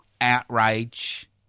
outrage